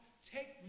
take